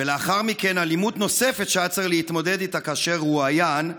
ולאחר מכן אלימות נוספת שהיה צריך להתמודד איתה כאשר הוא רואיין,